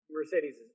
Mercedes